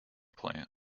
plant